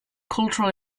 cultural